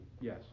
Yes